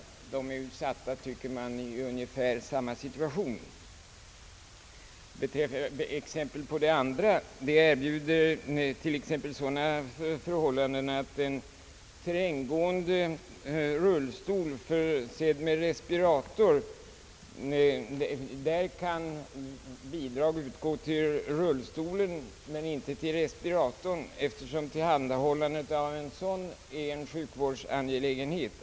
Dessa personer befinner sig ju i ungefär samma situation. Som exempel på den andra typen av olägenheter med dessa bestämmelser kan jag nämna, att bidrag till terränggående rullstol försedd med respirator kan utgå till rullstolen men inte till respiratorn, eftersom tillhandahållandet av en sådan är en sjukvårdsangelägenhet.